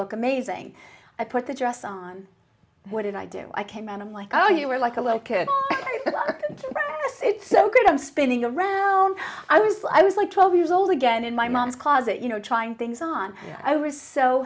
look amazing i put the dress on what did i do i came out i'm like oh you were like a little kid this is so good i'm spinning around i was like i was like twelve years old again in my mom's closet you know trying things on i was so